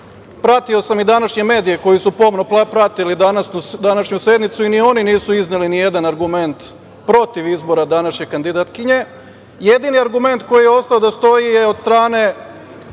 Pratio sam i današnje medije koje su pomno pratile današnju sednicu, ni oni nisu izneli nijedan argument protiv izbora današnje kandidatkinje. Jedini argument koji je ostao da stoji od strane